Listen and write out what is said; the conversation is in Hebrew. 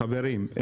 חברים,